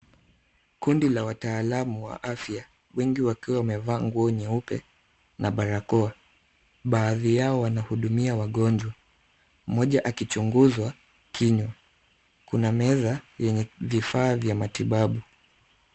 Kundi la watalaamu wa afya, wengi wakiwa wamevaa nguo nyeupe na barakoa. Baadhi yao wanahudumia mgonjwa mmoja akichunguzwa kinywa. Kuna meza yenye vifaa vya matibabu.